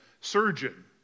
surgeon